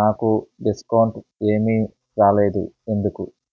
నాకు డిస్కౌంట్ ఏమీ రాలేదు ఎందుకు